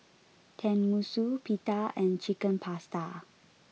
Tenmusu Pita and chicken Pasta